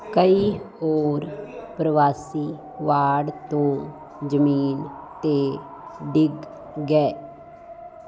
ਕਈ ਹੋਰ ਪ੍ਰਵਾਸੀ ਵਾੜ ਤੋਂ ਜ਼ਮੀਨ 'ਤੇ ਡਿੱਗ ਗਏ